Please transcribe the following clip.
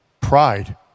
Pride